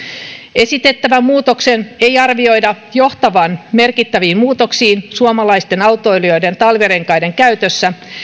esitettävän muutoksen ei arvioida johtavan merkittäviin muutoksiin suomalaisten autoilijoiden talvirenkaiden käytössä